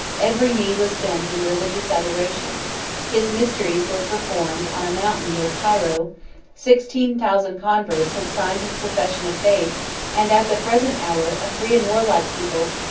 every knee was bent in religious adoration his mysteries were performed on a mountain near cairo sixteen thousand converts had signed his profession of faith and at the present hour, a free and warlike people,